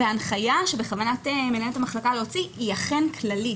ההנחיה שבכוונת מנהלת המחלקה להוציא היא אכן כללית.